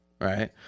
right